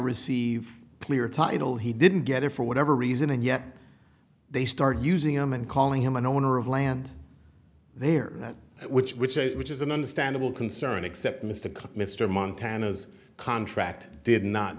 received clear title he didn't get it for whatever reason and yet they started using him and calling him an owner of land there that which which i which is an understandable concern except mr cook mr montana's contract did not